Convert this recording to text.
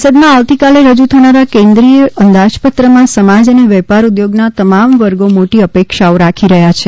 સંસદમાં આવતીકાલે રજુ થનારા કેન્દ્રિય અંદાજપત્રમાં સમાજ અને વેપાર ઉદ્યોગના તમામ વર્ગો મોટી અપેક્ષાઓ રાખી રહ્યા છે